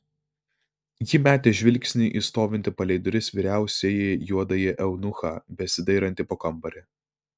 ji metė žvilgsnį į stovintį palei duris vyriausiąjį juodąjį eunuchą besidairantį po kambarį